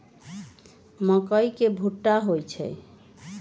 मकई के भुट्टा होई छई